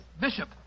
Bishop